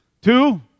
Two